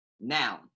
noun